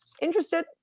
interested